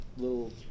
Little